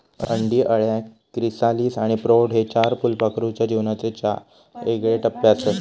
अंडी, अळ्या, क्रिसालिस आणि प्रौढ हे चार फुलपाखराच्या जीवनाचे चार येगळे टप्पेआसत